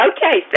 Okay